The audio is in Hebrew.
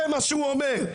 זה מה שהוא אומר,